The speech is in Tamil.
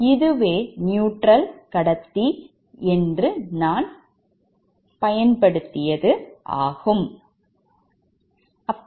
இதுவே நியூட்ரல் கண்டக்டரை கடத்தி குறிக்க நான் பயன்படுத்திய வண்ணமாகும்